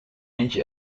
inch